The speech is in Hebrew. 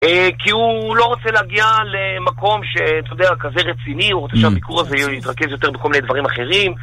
כי הוא לא רוצה להגיע למקום כזה רציני, הוא רוצה שהביקור הזה יתרכז יותר בכל מיני דברים אחרים.